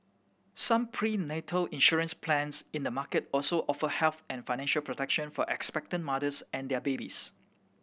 some prenatal insurance plans in the market also offer health and financial protection for expectant mothers and their babies